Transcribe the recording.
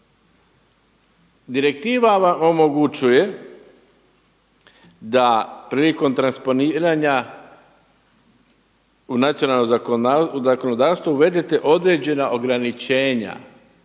Direktiva vam omogućuje da prilikom transponiranja u nacionalno zakonodavstvo uvedete određena ograničenja